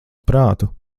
prātu